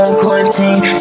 quarantine